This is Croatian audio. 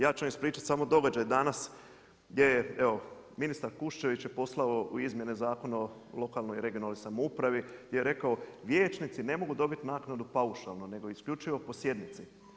Ja ću ispričati samo događaj danas gdje je evo ministar Kuščević poslao u izmjene Zakona o lokalnoj i regionalnoj samoupravi gdje rekao liječnici ne mogu dobiti naknadu paušalno nego isključivo po sjednici.